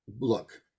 look